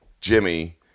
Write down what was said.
Jimmy